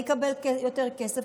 אני אקבל יותר כסף.